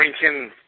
drinking